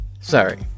Sorry